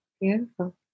Beautiful